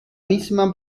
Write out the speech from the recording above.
misma